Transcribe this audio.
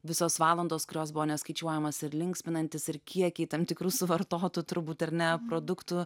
visos valandos kurios buvo neskaičiuojamos ir linksminantis ir kiekiai tam tikrų suvartotų turbūt ar ne produktų